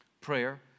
prayer